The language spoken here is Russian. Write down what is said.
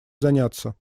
заняться